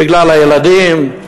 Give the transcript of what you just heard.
בגלל הילדים,